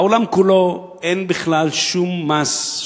בעולם כולו אין בכלל שום מס,